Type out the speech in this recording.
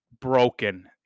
broken